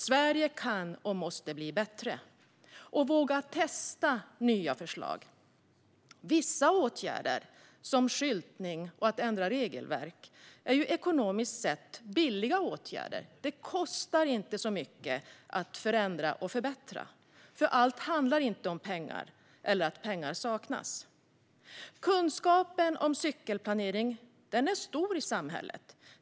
Sverige kan och måste bli bättre - och våga testa nya förslag. Vissa åtgärder, som skyltning och att ändra regelverk, är ekonomiskt sett billiga åtgärder. Det kostar inte så mycket att förändra och förbättra. Allt handlar inte heller om pengar eller att pengar saknas. Kunskapen om cykelplanering är stor i samhället.